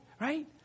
right